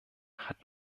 hat